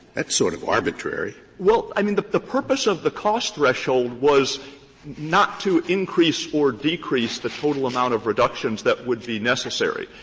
that's sort of arbitrary. stewart well, i mean, the the purpose of the cost threshold was not to increase or decrease the total amount of reductions that would be necessary.